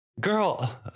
Girl